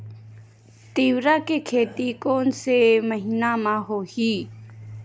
तीवरा के खेती कोन से महिना म होही?